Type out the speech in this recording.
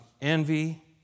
envy